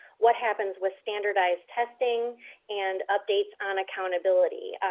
what happens with standardized testing and updates on accountability.